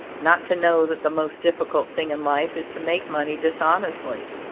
not to know that the most difficult thing in life is to make money dishonestly!